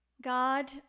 god